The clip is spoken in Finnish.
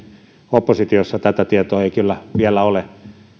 oppositiossa tätä tietoa ei kyllä vielä ole